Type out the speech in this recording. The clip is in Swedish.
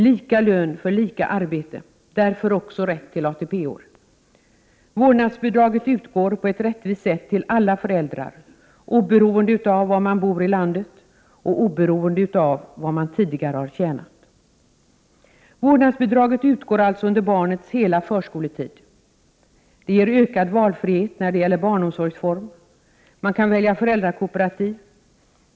Lika lön för lika arbete, därför också rätt till ATP-år. Vårdnadsbidraget utgår på ett rättvist sätt till alla föräldrar oberoende av var man bor i landet och av vad man tidigare har tjänat. Vårdnadsbidraget utgår alltså under barnets hela förskoletid. Det ger ökad valfrihet när det gäller barnomsorgsform. Man kan välja föräldrakooperativ.